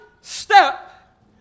step